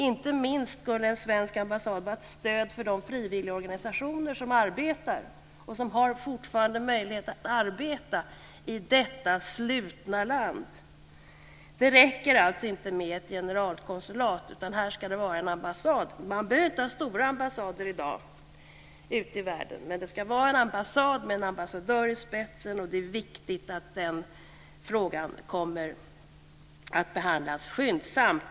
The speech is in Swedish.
Inte minst skulle en svensk ambassad vara ett stöd för de frivilligorganisationer som arbetar, och fortfarande har möjlighet att arbeta, i detta slutna land. Det räcker inte med ett generalkonsulat. Här ska det vara en ambassad. Det behövs inte stora ambassader i världen, men det ska vara en ambassad med en ambassadör i spetsen. Det är viktigt att den frågan behandlas skyndsamt.